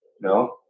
No